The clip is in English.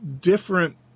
different